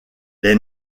les